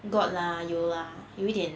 got lah 有 lah 有一点